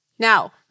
Now